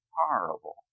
horrible